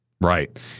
right